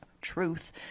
truth